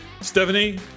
Stephanie